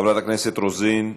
חברת הכנסת רוזין,